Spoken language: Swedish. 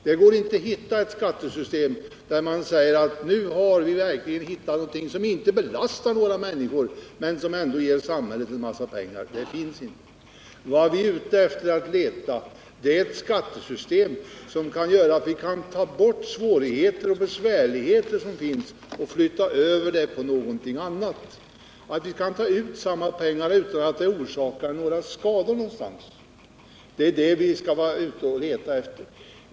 Det går inte att hitta ett skattesystem om vilket man kan säga att man inte belastar människorna samtidigt som det ger samhället en massa pengar. Vad vi är ute efter är ett skattesystem som gör att vi kan få bort besvärligheter och problem och gör det möjligt att ta ut samma skattebelopp utan att det orsakar några skador på något ställe. Det är alltså det som vi skall leta efter.